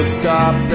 stop